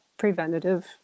preventative